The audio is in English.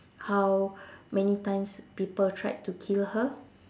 how many times people tried to kill her